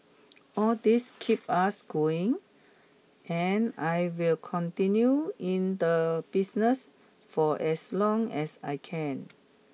all these keep us going and I will continue in the business for as long as I can